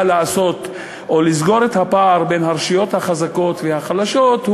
לנקוט כדי לסגור את הפער בין הרשויות החזקות לחלשות,